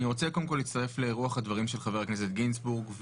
אני רוצה להצטרך לרוח הדברים של חבר הכנסת גינזבורג,